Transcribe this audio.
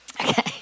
okay